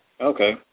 Okay